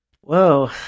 Whoa